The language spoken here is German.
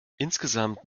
insgesamt